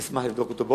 אשמח לבדוק אותה.